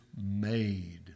made